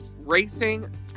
racing